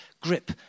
grip